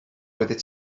oeddet